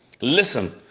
listen